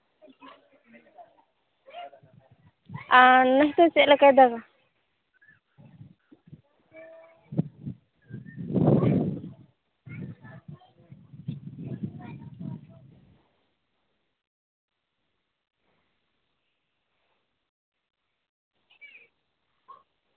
ᱟᱨ ᱱᱮᱥ ᱫᱚ ᱪᱮᱫ ᱞᱮᱠᱟᱭ ᱫᱟᱜᱟ